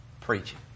preaching